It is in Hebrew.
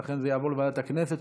ולכן זה יעבור לוועדת הכנסת,